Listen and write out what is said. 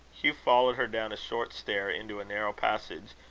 hugh followed her down a short stair into a narrow passage,